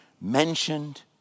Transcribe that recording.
mentioned